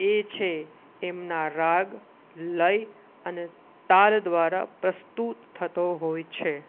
એ છે એમના રાગ લય અને તાલ દ્વારા પ્રસ્તુત થતો હોય છે